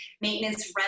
maintenance